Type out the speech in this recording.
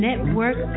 Network